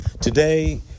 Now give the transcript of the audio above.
Today